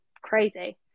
crazy